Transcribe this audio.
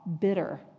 bitter